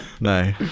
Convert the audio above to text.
no